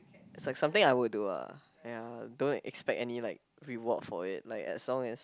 it's like something I would do ah ya don't expect any like reward for it like as long as